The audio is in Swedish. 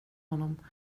honom